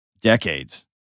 decades